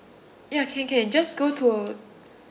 ya can can just go to